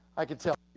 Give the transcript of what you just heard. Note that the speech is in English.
i can tell,